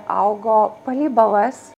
augo palei balas